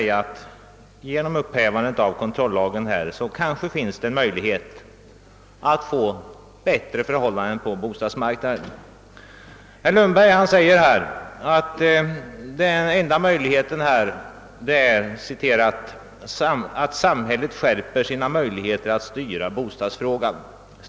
Genom upphävande av kontrollagen finns det kanske en möjlighet att åstadkomma bättre förhållanden på bostadsmarknaden. Herr Lundberg sade att den enda möjligheten är att samhället skärper sina möjligheter att styra bostadsfrågan.